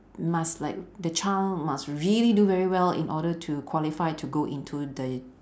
must like the child must really do very well in order to qualify to go into the